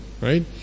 right